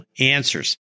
answers